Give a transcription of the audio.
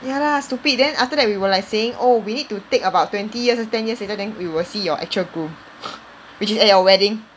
ya lah stupid then after that we were like saying oh we need to take about twenty years ten years later then we will see your actual groom which is at your wedding